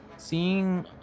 Seeing